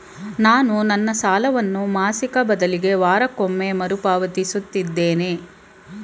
ನಾನು ನನ್ನ ಸಾಲವನ್ನು ಮಾಸಿಕ ಬದಲಿಗೆ ವಾರಕ್ಕೊಮ್ಮೆ ಮರುಪಾವತಿಸುತ್ತಿದ್ದೇನೆ